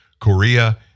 Korea